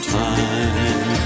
time